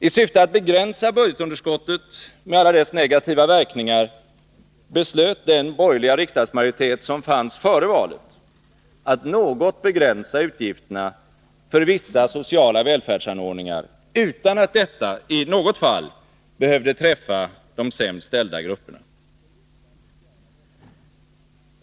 I syfte att begränsa budgetunderskottet med alla dess negativa verkningar beslöt den borgerliga riksdagsmajoritet som fanns före valet att något begränsa utgifterna för vissa sociala välfärdsanordningar, utan att detta i något fall behövde träffa de sämst ställda grupperna.